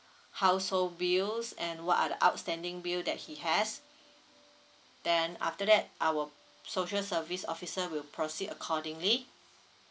household bills and what are the outstanding bill that he has then after that our social service officer will proceed accordingly